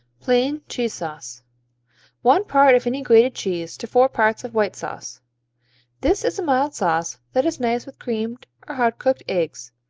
plain cheese sauce one part of any grated cheese to four parts of white sauce this is a mild sauce that is nice with creamed or hard-cooked eggs.